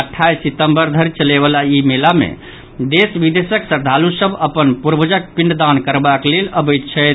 अठाईस सितम्बर धरि चलयवला ई मेला मे देश विदेशक श्रद्दालु सभ अपन पूर्वजक पिंडदान करबाक लेल अबैत छथि